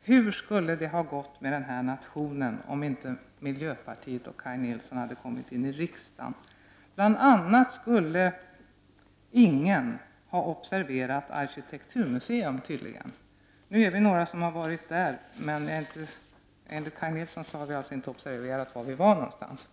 Hur skulle det ha gått med denna nation om inte miljöpartiet och Kaj Nilsson hade kommit in i riksdagen? Bl.a skulle tydligen ingen ha observerat Arkitekturmuseet. Nu är vi några som har varit där, men enligt Kaj Nilsson har vi alltså inte observerat var vi var någonstans.